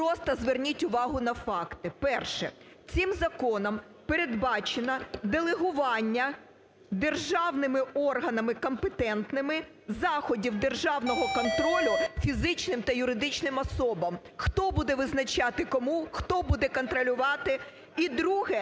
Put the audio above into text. просто зверніть увагу на факти. Перше. Цим законом передбачено делегування державними органами компетентними заходів державного контролю фізичним та юридичним особам, хто буде визначати кому, хто буде контролювати. І друге.